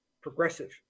progressive